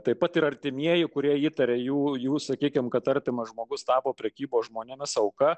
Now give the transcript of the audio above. taip pat ir artimieji kurie įtaria jų sakykime kad artimas žmogus tapo prekybos žmonėmis auka